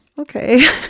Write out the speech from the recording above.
okay